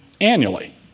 annually